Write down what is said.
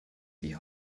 die